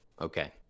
okay